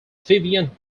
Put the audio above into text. vivian